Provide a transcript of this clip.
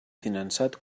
finançat